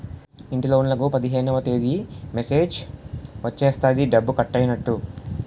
ఇంటిలోన్లకు పదిహేనవ తేదీ మెసేజ్ వచ్చేస్తది డబ్బు కట్టైనట్టు